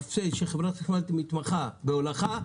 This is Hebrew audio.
חברת החשמל מתמחה בהולכה,